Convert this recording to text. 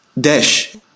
Dash